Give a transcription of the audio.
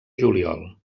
juliol